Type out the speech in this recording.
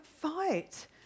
fight